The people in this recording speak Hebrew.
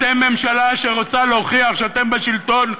אתם ממשלה שרוצה להוכיח שאתם בשלטון,